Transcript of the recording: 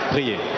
Priez